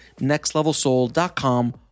nextlevelsoul.com